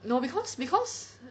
no cause cause